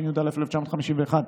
התשי"א 1951,